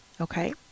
okay